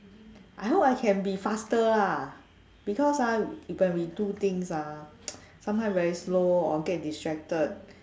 I hope I can be faster lah because ah when we do things ah sometimes very slow or get distracted